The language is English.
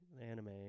anime